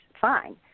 fine